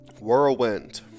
Whirlwind